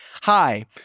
Hi